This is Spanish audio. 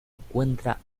encuentra